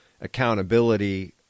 accountability